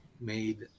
made